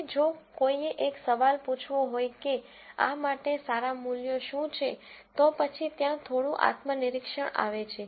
હવે જો કોઈએ એક સવાલ પૂછવો હોય કે આ માટે સારા મૂલ્યો શું છે તો પછી ત્યાં થોડું આત્મનિરીક્ષણ આવે છે